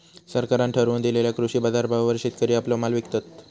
सरकारान ठरवून दिलेल्या कृषी बाजारभावावर शेतकरी आपलो माल विकतत